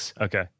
okay